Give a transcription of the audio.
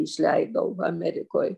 išleidau amerikoj